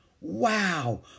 Wow